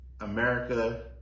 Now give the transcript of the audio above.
America